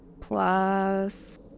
plus